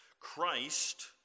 Christ